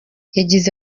yagize